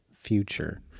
future